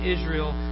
Israel